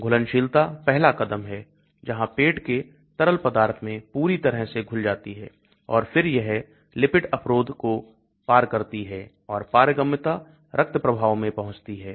घुलनशीलता पहला कदम है जहां पेट के तरल पदार्थ में पूरी तरह से घुल जाती है और फिर यह Lipid अवरोध को पार करती है और पारगम्यता रक्त प्रभाव में पहुंचती है